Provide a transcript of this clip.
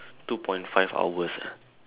two point five hours ah